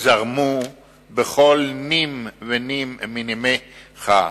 זרמו בכל נים ונים מנימיך,